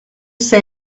say